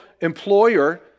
employer